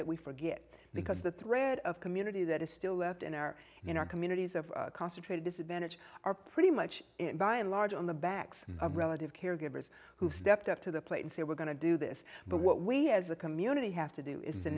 that we forget because the thread of community that is still left in our in our communities of concentrated disadvantage are pretty much by and large on the backs of relative caregivers who stepped up to the plate and say we're going to do this but what we as a community have to do is to